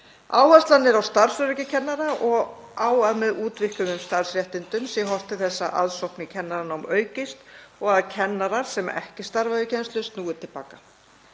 Áherslan er á starfsöryggi kennara og að með útvíkkuðum starfsréttindum sé horft til þess að aðsókn í kennaranám aukist og að kennarar sem ekki starfa við kennslu snúi til baka.